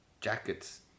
jackets